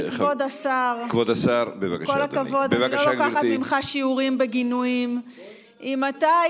חברת הכנסת זנדברג, אולי